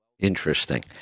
Interesting